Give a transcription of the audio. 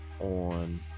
on